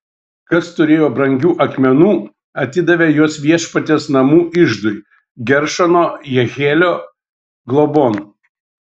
kas turėjo brangių akmenų atidavė juos viešpaties namų iždui geršono jehielio globon